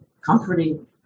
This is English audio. comforting